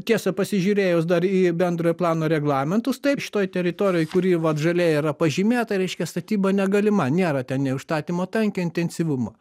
tiesa pasižiūrėjus dar į bendrojo plano reglamentus taip šitoj teritorijoj kuri vat žaliai yra pažymėta reiškia statyba negalima nėra ten nei užstatymo tankio intensyvumo